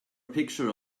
picture